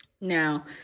Now